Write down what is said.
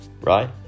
right